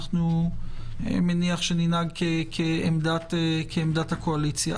אני מניח שננהג כעמדת הקואליציה.